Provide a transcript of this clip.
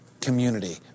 community